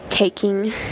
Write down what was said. Taking